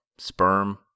Sperm